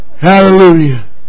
Hallelujah